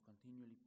continually